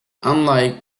unlike